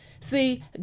See